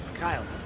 kyle